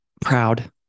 Proud